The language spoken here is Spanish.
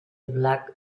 black